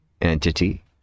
entity